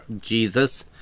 Jesus